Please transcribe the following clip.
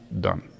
Done